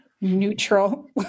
neutral